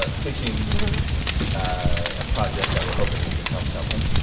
ah pitching a project that we're hoping will become something.